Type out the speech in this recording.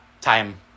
time